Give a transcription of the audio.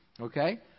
Okay